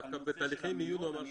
בתהליכי המיון.